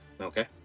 Okay